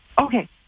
Okay